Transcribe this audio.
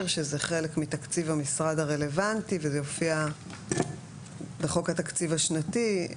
ומתקציב המדינה כפי שיידרש להשלמת הקמתו עד שני מיליון